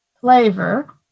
flavor